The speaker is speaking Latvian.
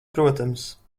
protams